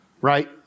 right